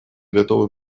готовы